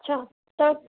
अछा त